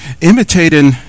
Imitating